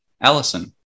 Allison